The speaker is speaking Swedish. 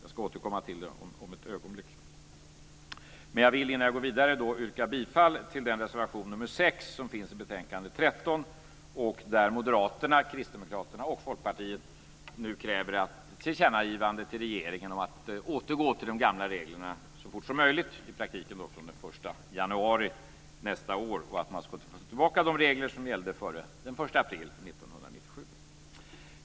Jag ska återkomma till det om ett ögonblick, men jag vill innan jag går vidare yrka bifall till den reservation nr 6 som finns i betänkande 13, där Moderaterna, Kristdemokraterna och Folkpartiet nu kräver ett tillkännagivande till regeringen om att man ska återgå till de gamla reglerna så fort som möjligt - i praktiken från den 1 januari nästa år - och att man ska ta tillbaka de regler som gällde före den 1 april 1997.